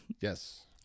Yes